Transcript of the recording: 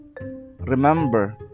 remember